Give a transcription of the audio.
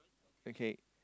okay